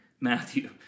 Matthew